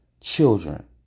children